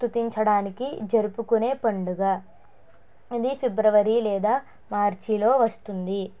స్తుతించడానికి జరుపుకునే పండుగ ఇది ఫిబ్రవరి లేదా మార్చిలో వస్తుంది